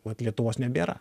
vat lietuvos nebėra